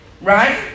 right